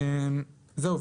זהו,